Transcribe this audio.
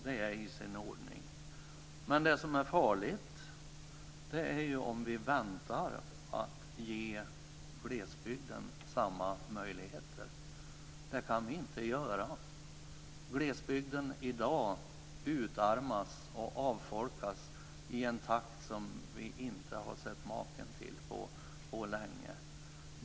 Det är i sin ordning. Det som är farligt är ju om vi väntar med att ge glesbygden samma möjligheter. Det kan vi inte göra. Glesbygden i dag utarmas och avfolkas i en takt som vi inte har sett maken till på länge.